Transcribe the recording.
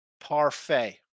Parfait